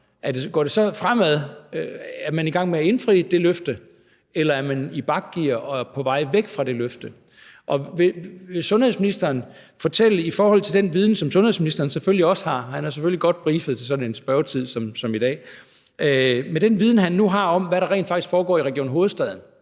Går det fremad, og er man i gang med at indfri det løfte, eller er man i bakgear og er på vej væk fra det løfte? Vil sundhedsministeren fortælle, om han i forhold til den viden, som sundhedsministeren selvfølgelig også har – han er selvfølgelig godt briefet til sådan en spørgetid, som vi har i dag – om, hvad der rent faktisk foregår i Region Hovedstaden